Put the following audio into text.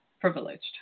privileged